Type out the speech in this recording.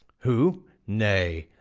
who nay,